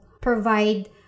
provide